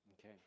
Okay